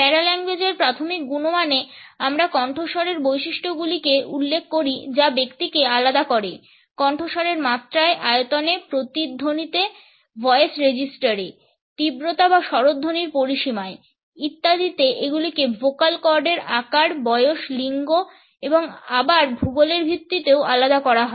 প্যারাল্যাঙ্গুয়েজের প্রাথমিক গুণমানে আমরা কণ্ঠস্বরের বৈশিষ্ট্যগুলিকে উল্লেখ করি যা ব্যক্তিকে আলাদা করে কণ্ঠস্বরের মাত্রায় আয়তনে প্রতিধ্বনিতে ভয়েস রেজিস্টারে তীব্রতা বা স্বরধ্বনির পরিসীমায় ইত্যাদিতে এগুলি ভোকাল কর্ডের আকার বয়স লিঙ্গ এবং আবার ভূগোলের ভিত্তিতেও আলাদা করা হয়